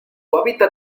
hábitat